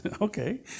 Okay